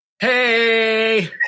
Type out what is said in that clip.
Hey